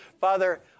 Father